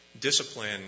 discipline